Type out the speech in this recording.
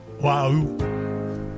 Wow